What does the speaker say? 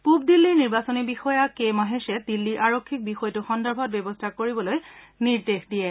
পুব দিল্লীৰ নিৰ্বাচনী বিষয়া কে মহেশে দিল্লী আৰক্ষীক বিষয়টো সন্দৰ্ভত ব্যৱস্থা গ্ৰহণ কৰিবলৈ নিৰ্দেশ দিয়ে